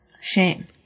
shame